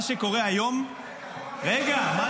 מה שקורה היום --- רגע, היום יש חוק נפרד.